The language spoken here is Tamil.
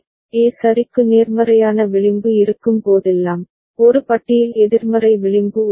A சரிக்கு நேர்மறையான விளிம்பு இருக்கும் போதெல்லாம் ஒரு பட்டியில் எதிர்மறை விளிம்பு உள்ளது